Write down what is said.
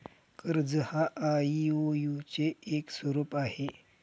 कर्ज हा आई.ओ.यु चे एक स्वरूप आहे